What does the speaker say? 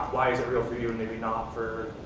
why is it real for you and maybe not for